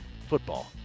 Football